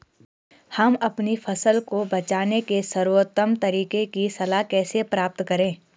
हम अपनी फसल को बचाने के सर्वोत्तम तरीके की सलाह कैसे प्राप्त करें?